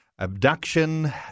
abduction